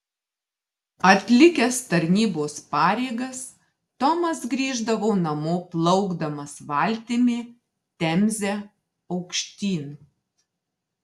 atlikęs tarnybos pareigas tomas grįždavo namo plaukdamas valtimi temze aukštyn